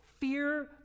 Fear